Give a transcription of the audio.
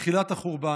בתחילת החורבן,